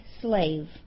slave